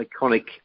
iconic